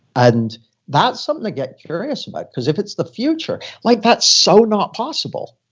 and that's something to get curious about because if it's the future, like that's so not possible.